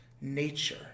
nature